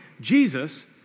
Jesus